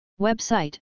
Website